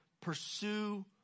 pursue